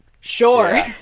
sure